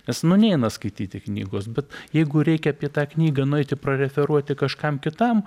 nes nu neina skaityti knygos bet jeigu reikia apie tą knygą nueiti prareferuoti kažkam kitam